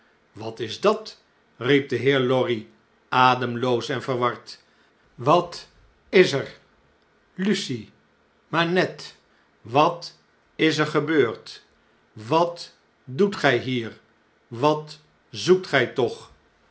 wat is dat riep de heer lorry ademloos en verward wat is er lucie i manette i wat is er gebeurd wat doet gij hier wat zoekt gij toch